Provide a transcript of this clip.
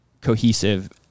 cohesive